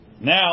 Now